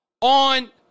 on